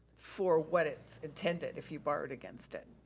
for what it's intended if you borrowed against it.